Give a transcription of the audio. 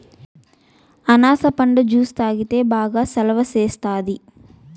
అనాస పండు జ్యుసు తాగితే బాగా సలవ సేస్తాది